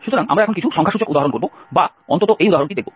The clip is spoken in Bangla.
সুতরাং আমরা এখন কিছু সংখ্যাসূচক উদাহরণ করব বা অন্তত এই উদাহরণটি দেখব